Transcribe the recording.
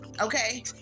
Okay